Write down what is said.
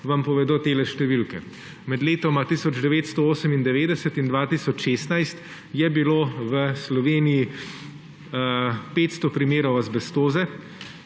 vam povedo tele številke. Med letoma 1998 in 2016 je bilo v Sloveniji 560 primerov azbestoze,